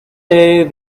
day